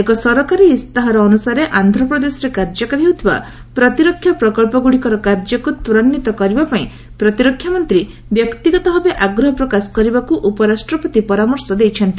ଏକ ସରକାରୀ ଇସ୍ତାହାର ଅନୁସାରେ ଆନ୍ଧ୍ପ୍ଦେଶରେ କାର୍ଯ୍ୟକାରୀ ହେଉଥିବା ପ୍ତିରକ୍ଷା ପ୍କଳ୍ପଗ୍ରଡ଼ିକର କାର୍ଯ୍ୟକୁ ତ୍ୱରାନ୍ଧିତ କରିବା ପାଇଁ ପ୍ରତିରକ୍ଷାମନ୍ତ୍ରୀ ବ୍ୟକ୍ତିଗତ ଭାବେ ଆଗ୍ରହ ପ୍ରକାଶ କରିବାକୁ ଉପରାଷ୍ଟ୍ରପତି ପରାମର୍ଶ ଦେଇଛନ୍ତି